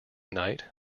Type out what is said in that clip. night